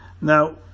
Now